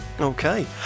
Okay